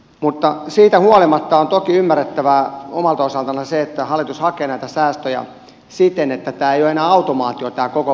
mutta siitä huolimatta on toki ymmärrettävää omalta osaltani se että hallitus hakee näitä säästöjä siten että ei ole enää automaatio tämä kokopäivähoitopaikka